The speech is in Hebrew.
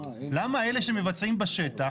למה אלה שמבצעים בשטח,